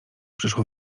przyszło